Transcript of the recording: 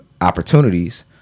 opportunities